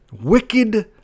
wicked